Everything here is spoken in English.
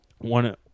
One